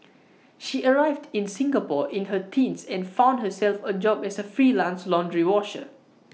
she arrived in Singapore in her teens and found herself A job as A freelance laundry washer